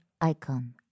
icon